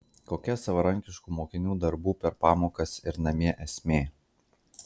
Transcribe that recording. kokia savarankiškų mokinių darbų per pamokas ir namie esmė